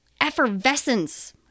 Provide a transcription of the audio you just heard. effervescence